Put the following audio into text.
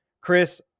chris